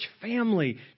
family